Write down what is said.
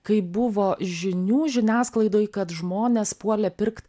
kai buvo žinių žiniasklaidoj kad žmonės puolė pirkt